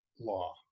law